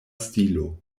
stilo